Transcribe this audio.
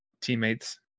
teammates